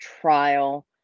trial